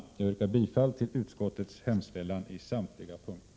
Jag yrkar bifall till utskottets hemställan på samtliga punkter.